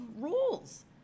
rules